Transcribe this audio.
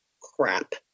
crap